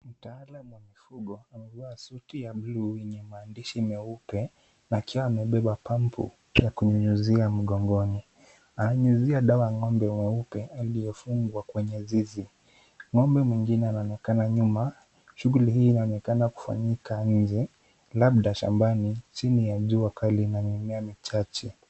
Mtaalamu wa mifugo amevaa suti ya buluu yenye maandishi meupe akiwa amebeba pampu ya kunyunyizia mgongoni. Ananyunyizia dawa ng'ombe weupe aliofungwa kwenye zizi.Ng'ombe mwingine anaonekana nyuma. Shughuli hii inaonekana kufanyika nje labda shambani chini ya jua kali na mimea michache.